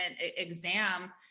exam